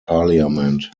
parliament